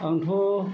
आंथ'